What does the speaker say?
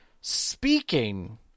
speaking